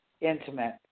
intimate